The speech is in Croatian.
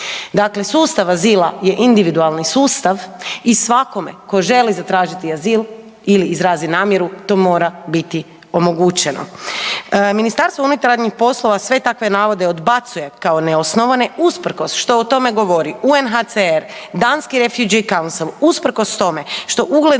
Dakle, sustav azila je individualni sustav i svakome tko želi zatražiti azil ili izrazi namjeru o mora biti omogućeno. Ministarstvo unutarnjih poslova sve takve navode odbacuje kao neosnovane usprkos što o tome govori UNHCR, danski Rafiq kancel, usprkos tome što ugledne